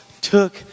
took